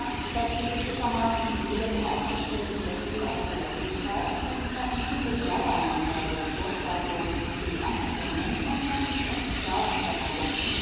daß sie gewissermaßen jedem ausgestellten wechsel auf verläßlichkeit mit naivem bedauern bei der vorzeigung die anerkennung und natürlich auch die zahlung verweigerten